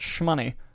money